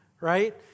right